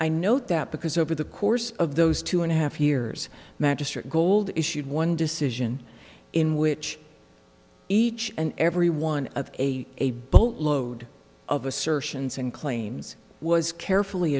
note that because over the course of those two and a half years magistrate gold issued one decision in which each and every one of a a boatload of assertions and claims was carefully